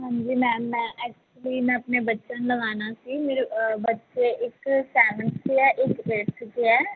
ਹਾਂਜੀ ਮੈਮ ਮੈਂ ਐਕਚੁਲੀ ਮੈਂ ਆਪਣੇ ਬੱਚਿਆਂ ਨੂੰ ਲਗਾਉਣਾ ਸੀ ਮੇਰੇ ਬੱਚੇ ਇੱਕ ਸੈਵੰਥ 'ਚ ਹੈ ਇੱਕ ਏਟਥ 'ਚ ਹੈ